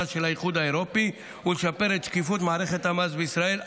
של האיחוד האירופי ולשפר את שקיפות מערכת המס בישראל,